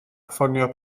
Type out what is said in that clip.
ffonio